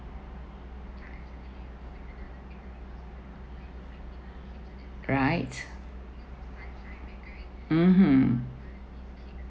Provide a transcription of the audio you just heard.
right mmhmm